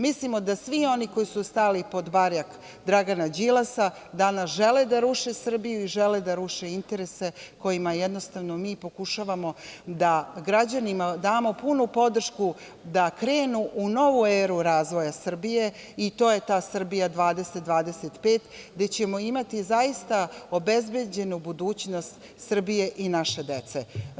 Mislimo da svi oni koji su stali pod barjak Dragana Đilasa danas žele da ruše Srbiju i žele da ruše interese kojima jednostavno mi pokušavamo da građanima damo punu podršku da krenu u novu eru razvoja Srbije i to je ta "Srbija 2025", gde ćemo imati zaista obezbeđenu budućnost Srbije i naše dece.